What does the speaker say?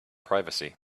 privacy